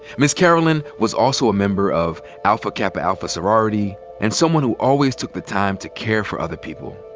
miss carolyn was also a member of alpha kappa alpha sorority and someone who always took the time to care for other people.